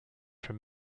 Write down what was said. from